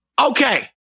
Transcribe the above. Okay